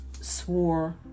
swore